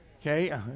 okay